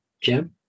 Jim